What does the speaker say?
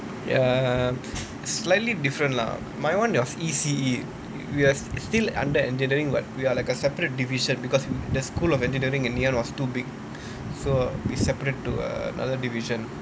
err slightly different lah my [one] was E_C_E we are still under engineering but we are like a separate division because the school of engineering in ngee ann was too big so we separate to another division